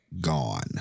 Gone